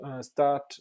start